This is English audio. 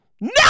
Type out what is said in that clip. No